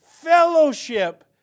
fellowship